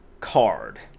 card